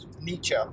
Nietzsche